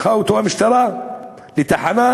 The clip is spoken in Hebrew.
לקחה אותו המשטרה לתחנה.